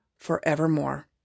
forevermore